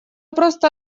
просто